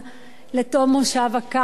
בתום מושב הקיץ של הכנסת.